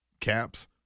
Caps